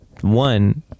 one